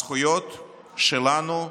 הזכויות שלנו,